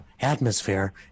atmosphere